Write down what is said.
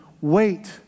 wait